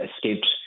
escaped